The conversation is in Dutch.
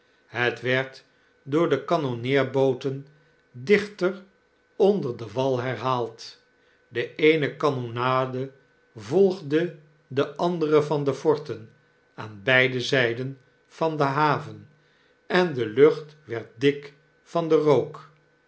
het werd door de kanonneerbooten dichter onder den wal herhaald de eene kannonade volgde de andere van de forten aan beide zjden van de haven en de lucht werd dik van den rook